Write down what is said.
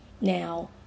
Now